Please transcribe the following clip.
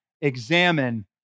examine